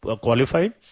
qualified